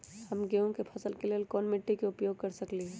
हम गेंहू के फसल के लेल कोन मिट्टी के उपयोग कर सकली ह?